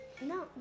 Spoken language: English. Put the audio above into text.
No